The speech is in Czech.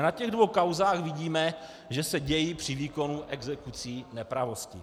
Na těch dvou kauzách vidíme, že se dějí při výkonu exekucí nepravosti.